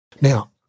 Now